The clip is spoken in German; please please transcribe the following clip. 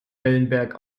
wellenberg